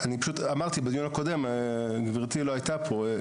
בדיון הקודם גברתי לא הייתה פה,